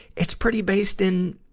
it's pretty based in,